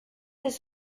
ses